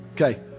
Okay